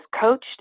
coached